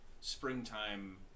springtime